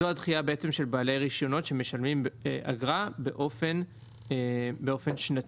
זו הדחייה של בעלי הרישיונות שמשלמים אגרה באופן שנתי.